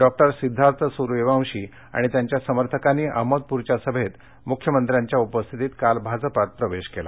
doctor Siddharth Suryavanshi आणि त्यांच्या समर्थकांनीअहमदपूरच्या सभेत मुख्यमंत्र्यांच्या उपस्थितीत काल भाजपात प्रवेश केला